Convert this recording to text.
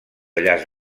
llaç